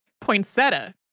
Poinsettia